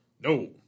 No